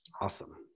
Awesome